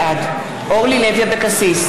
בעד אורלי לוי אבקסיס,